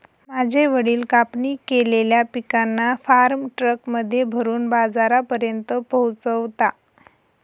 माझे वडील कापणी केलेल्या पिकांना फार्म ट्रक मध्ये भरून बाजारापर्यंत पोहोचवता